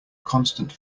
constant